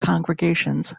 congregations